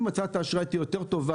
אם הצעת האשראי תהיה יותר טובה